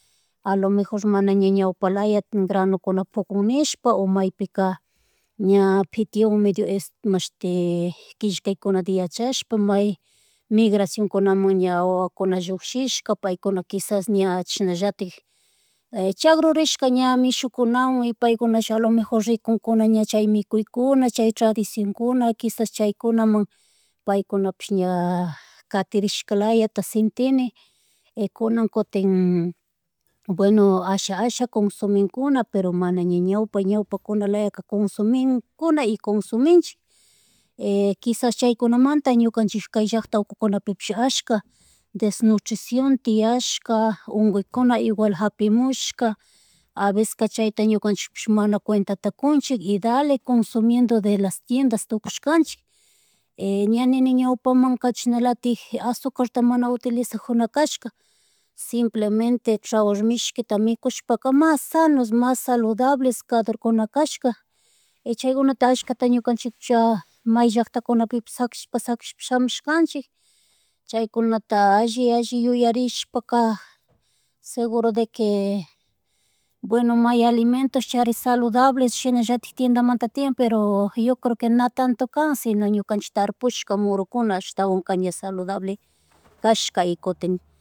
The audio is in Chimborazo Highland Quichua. A lo mejor mana ña ñawpalaya granukuna fukunishpa o maypika ña pitiyun medio mashti kishkaykunata yachashpa may, migración kunaman ña wawakuna llushishka paykuna kisas ña chashnallatik. Chagrurishka ña mishukunawan y paykunash a lo mejor rikunkuna ña chay mikunkuna, ña chay tradicionkuna, kishas chaykunaman paikunapish ña katirishkalata sintini y kunankutin bueno asha, asha consuminkuna pero mana ña, ña ñawpa, ñawpakunalayaka kunsuminkuna, y kunsuminchik kisas chykunamanta ñuknachik kay llackta ukukunapipish ashka desnutriciòn tiyashka, unkuykuna igual hapimushka, a veces ka chayta ñukanchipish mana kuentata kunchik, y dale consumiendo de las tiendas tukushkanchik, ña nini ñawpamanka chishana latik, azukarta mana utilizajunakashka simplemente tzawar mishkita mikushpaka mas sanos, mas saludables kadurkunakashka y chaygunata ashkata ñukanchicha may llacktakunapipis saquishpa, saquishpa samushkanchik, chaykunata alli, alli yuyarishpa ka, seguro de que bueno may alimentos chari saludable, shinallatik tiendamanta tian, pero yo creo na tanto kan sino ñukanchik tarpushka murukuna ashtawanka ña saludable, kashka y kuten